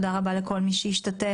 תודה רבה לכל מי שהשתתף,